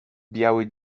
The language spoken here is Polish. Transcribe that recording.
biały